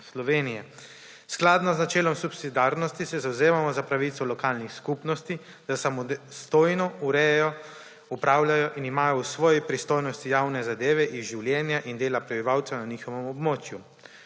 Slovenije. Skladno z načelom subsidiarnosti se zavzemamo za pravico lokalnih skupnosti, da samostojno urejajo, upravljajo in imajo v svoji pristojnosti javne zadeve iz življenja in dela prebivalcev na njihovem območju.